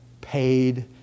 paid